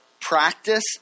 practice